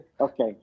Okay